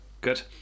good